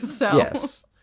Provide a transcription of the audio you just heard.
Yes